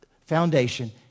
foundation